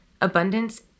Abundance